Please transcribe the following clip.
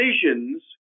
decisions